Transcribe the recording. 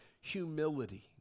humility